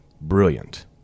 Brilliant